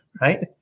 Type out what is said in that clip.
Right